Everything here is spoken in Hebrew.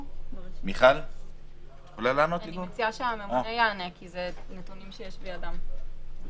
אני מציעה שהממונה יענה כי אלה נתונים שיש בידם.